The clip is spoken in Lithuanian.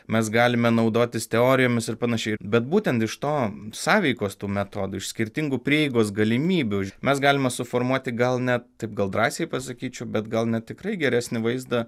mes galime naudotis teorijomis ir panašiai bet būtent iš to sąveikos metodų iš skirtingų prieigos galimybių mes galime suformuoti gal net taip gal drąsiai pasakyčiau bet gal net tikrai geresnį vaizdą